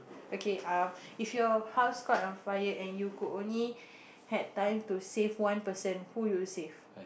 okay uh if your house caught on fire and you could only had time to save one person who'll you save